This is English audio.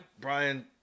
Brian